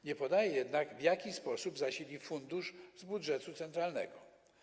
Nie podaje jednak, w jaki sposób zasili fundusz z budżetu centralnego.